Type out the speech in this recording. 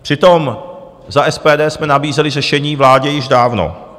Přitom za SPD jsme nabízeli řešení vládě již dávno.